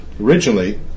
originally